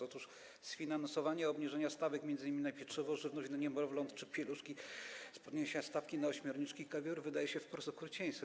Otóż sfinansowanie obniżenia stawek m.in. na pieczywo, żywność dla niemowląt czy pieluszki z podniesienia stawki na ośmiorniczki i kawior wydaje się wprost okrucieństwem.